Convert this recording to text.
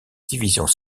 divisions